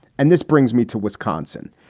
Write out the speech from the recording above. and this brings me to wisconsin.